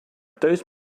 dose